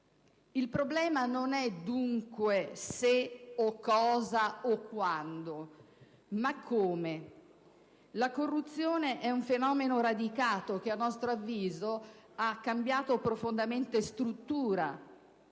Il problema non è dunque se, cosa o quando, ma come. La corruzione è un fenomeno radicato che - a nostro avviso - ha cambiato profondamente